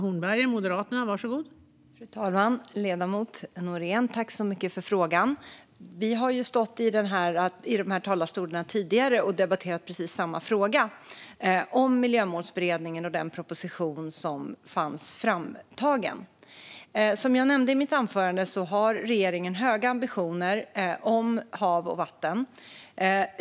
Fru talman! Jag tackar ledamoten Nohrén för frågan. Vi har stått i de här talarstolarna tidigare och debatterat precis samma fråga, om Miljömålsberedningen och den proposition som fanns framtagen. Som jag nämnde i mitt anförande har regeringen höga ambitioner när det gäller hav och vatten.